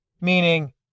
Meaning